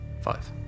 Five